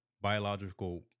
biological